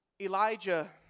Elijah